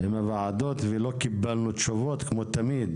עם הוועדות ולא קיבלנו תשובות, כמו תמיד,